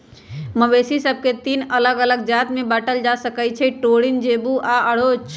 मवेशि सभके तीन अल्लग अल्लग जात में बांटल जा सकइ छै टोरिन, जेबू आऽ ओरोच